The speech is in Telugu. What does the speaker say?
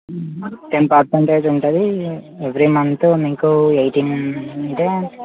టెన్ పర్సంటేజ్ ఉంటుంది ఎవ్రీ మంత్ మీకు ఎయిటీన్ అంటే